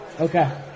Okay